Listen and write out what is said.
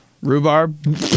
Rhubarb